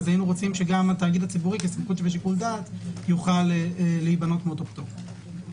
היינו רוצים שגם התאגיד הציבורי יוכל להיבנות מאותו פטור.